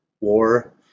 war